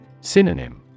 Synonym